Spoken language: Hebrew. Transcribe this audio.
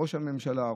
ראש הממשלה,